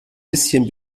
bisschen